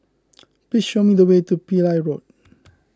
please show me the way to Pillai Road